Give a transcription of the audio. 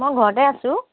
মই ঘৰতে আছোঁ